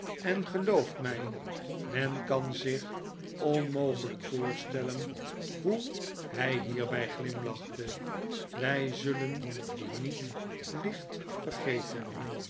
en gelooft mij men kan zich onmogelijk voorstellen hoe hij hierbij glimlachte wij zullen die niet licht vergeten